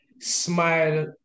smile